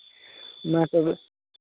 ᱢᱟ ᱛᱚᱵᱮ